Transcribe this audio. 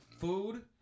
food